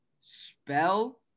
Spell